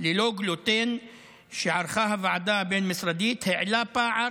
ללא גלוטן שערכה הוועדה הבין-משרדית העלה פער